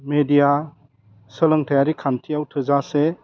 media सोलोंथाइयारि खान्थियाव थोजासे